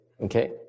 okay